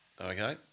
okay